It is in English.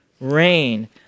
rain